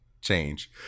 Change